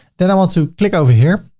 then i want to click over here.